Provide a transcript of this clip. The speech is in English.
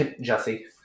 Jesse